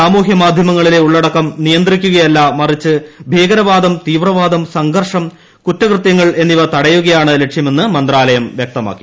സാമൂഹ്യമാധ്യമങ്ങളിലെ ഉള്ളടക്കം നിയന്ത്രിക്കുകയല്ല മറിച്ച് ഭീകരവാദം തീവ്രവാദം സംഘർഷം കുറ്റകൃത്യങ്ങൾ എന്നിവ തടയുകയാണ് ലക്ഷ്യമെന്ന് മന്ത്രാലയം വ്യക്തമാക്കി